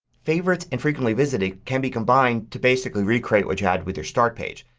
favorites and frequently visited can be combined to basically recreate what you had with your start page.